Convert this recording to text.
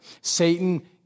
Satan